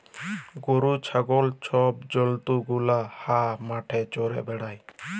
গরু, ছাগল ছব জল্তু গুলা হাঁ মাঠে চ্যরে বেড়ায়